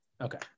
Okay